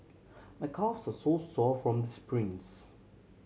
my calves so so sore from the sprints